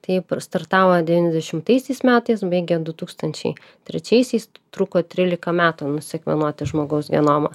taip ir startavo devyniasdešimtaisiais metais baigė du tūkstančiai trečiaisiais truko trylika metų nusekvenuoti žmogaus genomą